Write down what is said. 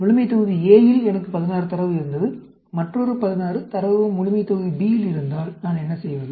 முழுமைத்தொகுதி A இல் எனக்கு 16 தரவு இருந்து மற்றொரு 16 தரவு முழுமைத்தொகுதி B இல் இருந்தால் நான் என்ன செய்வது